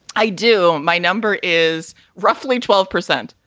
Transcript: i do. my number is roughly twelve percent.